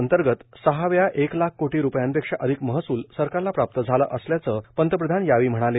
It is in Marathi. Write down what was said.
अंतर्गत सहा वेळा एक लाख कोटी रूपयांपेक्षा अधिक महसूल सरकारला प्राप्त झाला असल्याचं पंतप्रधान म्हणाले